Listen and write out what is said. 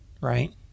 right